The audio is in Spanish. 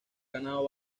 ganado